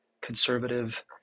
conservative